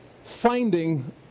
finding